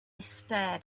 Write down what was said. stared